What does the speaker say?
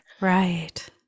Right